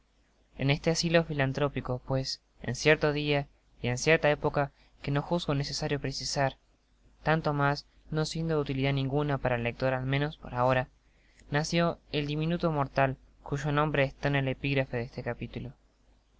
en este asilo filantrópico pues en cierto dia y en cierta época que no juzgo necesario precisar tan to mas no siendo de utilidad ninguna para el lector al menos por ahora nació el diminuto mortal cu yo nombre está en el epigrafe de este capitulo